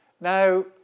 Now